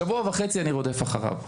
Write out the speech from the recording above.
שבוע שלם אני רודף אחריו,